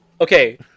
okay